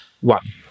one